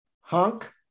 Hunk